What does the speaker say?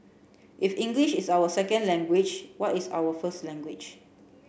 if English is our second language what is our first language